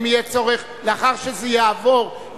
לאחר שזה יעבור,